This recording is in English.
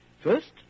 First